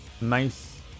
nice